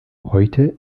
heute